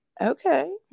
okay